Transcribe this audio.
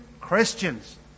Christians